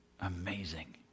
amazing